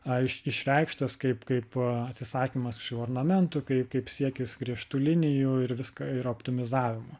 aiš išreikštas kaip kaip atsisakymas šių ornamentų kaip kaip siekis griežtų linijų ir viską ir optimizavimo